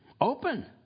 open